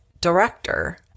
director